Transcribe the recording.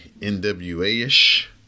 NWA-ish